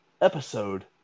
episode